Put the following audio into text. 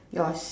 yours